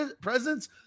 presence